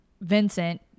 Vincent